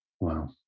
Wow